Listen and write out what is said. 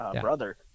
brother